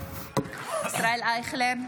ישראל אייכלר,